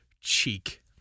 Cheek